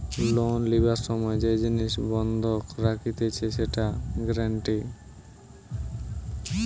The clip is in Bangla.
লোন লিবার সময় যে জিনিস বন্ধক রাখতিছে সেটা গ্যারান্টি